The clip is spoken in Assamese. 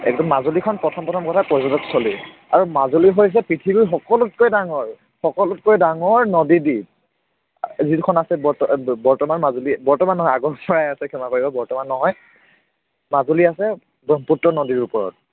একদম মাজুলীখন প্ৰথম প্ৰথম কথা পৰ্যটন স্থলী আৰু মাজুলী হৈছে পৃথিৱীৰ সকলোতকৈ ডাঙৰ সকলোতকৈ ডাঙৰ নদীদ্বীপ যিখন আছে বৰ্তমান মাজুলী বৰ্তমান নহয় আগৰপৰাই আছে ক্ষমা কৰিব বৰ্তমান নহয় মাজুলী আছে ব্ৰক্ষ্মপুত্ৰ নদীৰ ওপৰত